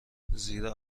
زیرا